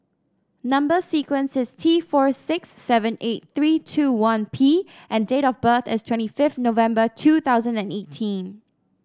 number sequence is T four six seven eight three two one P and date of birth is twenty fifth November two thousand and eighteen